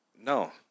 no